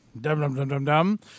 Dum-dum-dum-dum-dum